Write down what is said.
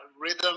rhythm